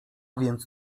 więc